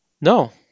No